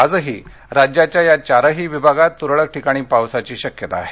आजही राज्याच्या या चारही विभागात तुरळक ठिकाणी पावसाची शक्यता आहे